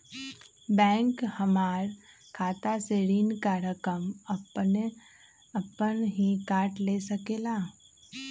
Bank हमार खाता से ऋण का रकम अपन हीं काट ले सकेला?